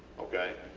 okay,